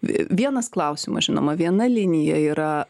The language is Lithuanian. vienas klausimas žinoma viena linija yra